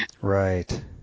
Right